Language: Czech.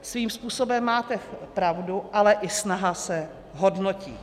Svým způsobem máte pravdu, ale i snaha se hodnotí.